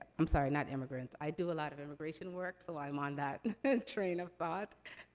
i'm sorry, not immigrants. i do a lot of immigration work, so i'm on that train of but